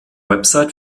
website